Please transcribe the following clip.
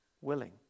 willing